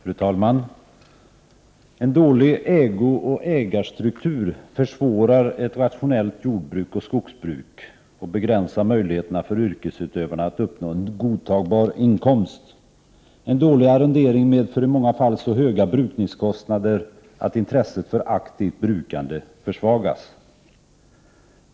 Fru talman! ”En dålig ägooch ägarstruktur försvårar ett rationellt jordbruk och skogsbruk och begränsar möjligheterna för yrkesutövarna att uppnå en godtagbar inkomst. En dålig arrondering medför i många fall så höga brukningskostnader att intresset för aktivt brukande försvagas.